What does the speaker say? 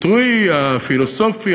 הביטוי הפילוסופי,